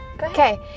Okay